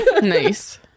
Nice